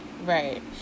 right